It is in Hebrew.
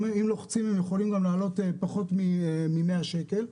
אם לוחצים הם יכולים גם לעלות פחות מ-100 שקל.